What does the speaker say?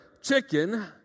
chicken